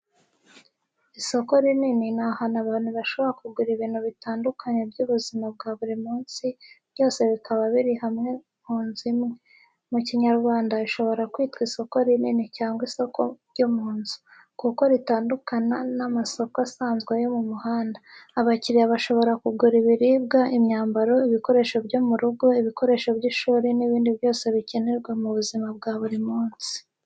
Isoko rinini ni ahantu abantu bashobora kugura ibintu bitandukanye by’ubuzima bwa buri munsi, byose bikaba biri hamwe mu nzu imwe. Mu kinyarwanda, ishobora kwitwa “Isoko rinini” cyangwa “Isoko ryo mu nzu”, kuko ritandukanye n’amasoko asanzwe yo mu muhanda. Abakiriya bashobora kugura ibiribwa, imyambaro, ibikoresho byo mu rugo, ibikoresho by’ishuri n’ibindi byose bikenerwa mu buzima bwa buri munsi.